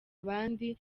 abandi